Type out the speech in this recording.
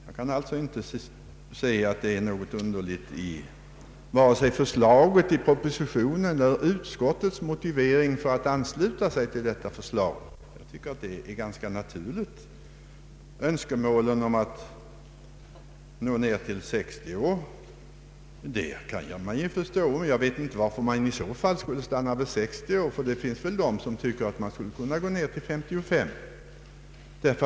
Jag kan alltså inte se att det är någonting underligt i vare sig förslaget i propositionen eller utskottets motivering för anslutning till detta förslag. Jag tycker att önskemålen att nå ner till 60 år är ganska naturliga. Men jag vet inte varför man i så fall skulle stanna vid 60 år. Det finns de som tycker att man skulle kunna gå ner till 55 år.